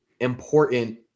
important